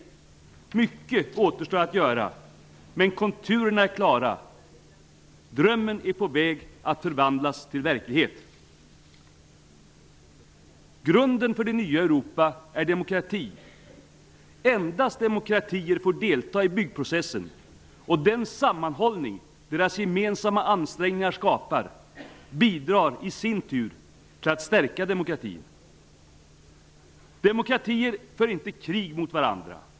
Mycket återstår att göra, men konturerna är klara. Drömmen är på väg att förvandlas till verklighet. Grunden för det nya Europa är demokrati. Endast demokratier får delta i byggprocessen, och den sammanhållning deras gemensamma ansträngningar skapar bidrar i sin tur till att stärka demokratin. Demokratier för inte krig mot varandra.